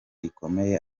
rikomeye